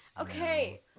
Okay